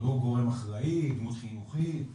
לא גורם אחראי, דמות חינוכית וכו'.